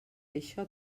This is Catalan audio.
això